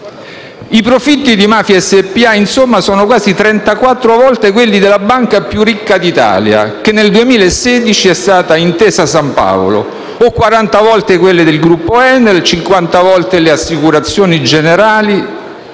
I profitti di "Mafia Spa", insomma, sono quasi 34 volte quelli della banca più ricca d'Italia che nel 2016 è stata Intesa Sanpaolo, o 40 volte quelli del gruppo ENEL, 50 volte le Assicurazioni Generali,